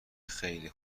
خیلی